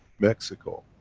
mexico.